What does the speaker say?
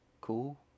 cool